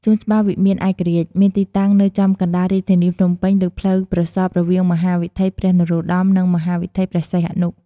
សួនច្បារវិមានឯករាជ្យ មានទីតាំងនៅចំកណ្តាលរាជធានីភ្នំពេញ លើផ្លូវប្រសព្វរវាងមហាវិថីព្រះនរោត្តម និងមហាវិថីព្រះសីហនុ។